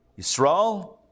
Yisrael